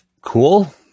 Cool